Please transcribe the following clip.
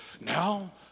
now